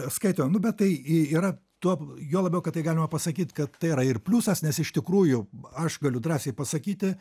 skaitė nu bet tai i yra tuo juo labiau kad tai galima pasakyt kad tai yra ir pliusas nes iš tikrųjų aš galiu drąsiai pasakyti